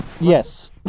Yes